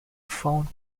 phone